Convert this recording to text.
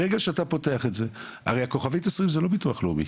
ברגע שאתה פותח את זה - הרי כוכבית 0120 זה לא ביטוח לאומי,